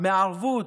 מערבות.